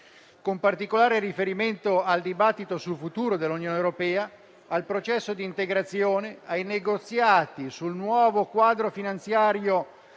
con particolare riferimento al dibattito sul futuro dell'Unione europea, al processo di integrazione, ai negoziati sul nuovo quadro finanziario